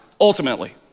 ultimately